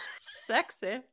sexy